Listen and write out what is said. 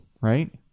right